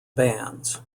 bands